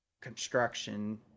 Construction